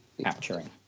capturing